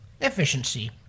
efficiency